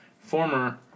former